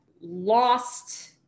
lost